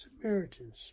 Samaritans